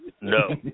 No